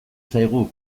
zaigu